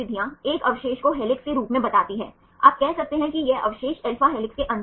तो यहाँ आप कार्बन ऑक्सीजन देख सकते हैं और हमारे पास है यहीं अमोनिया हाइड्रोजन